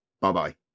Bye-bye